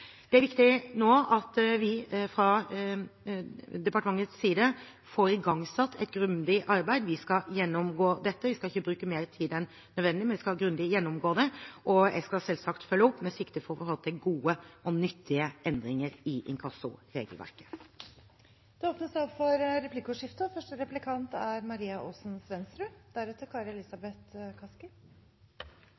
Det er viktig fra departementets side å få igangsatt et grundig arbeid. Vi skal gjennomgå dette. Vi skal ikke bruke mer tid enn nødvendig, men vi skal ha en grundig gjennomgang – og jeg skal selvsagt følge opp med sikte på å få til gode og nyttige endringer i